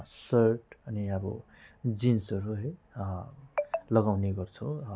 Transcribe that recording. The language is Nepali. सर्ट अनि अब जिन्सहरू है लगाउने गर्छौँ